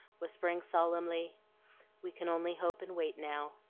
whispering solemnly we can only hope and wait now.